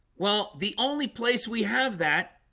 well, the only place we have that